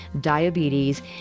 diabetes